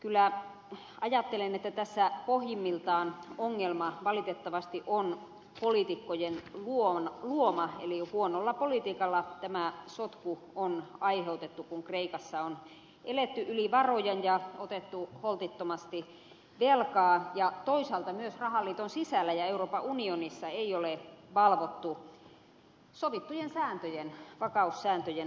kyllä ajattelen että tässä pohjimmiltaan ongelma valitettavasti on poliitikkojen luoma eli jo huonolla politiikalla tämä sotku on aiheutettu kun kreikassa on eletty yli varojen ja otettu holtittomasti velkaa ja toisaalta myös rahaliiton sisällä ja euroopan unionissa ei ole valvottu sovittujen sääntöjen vakaussääntöjen noudattamista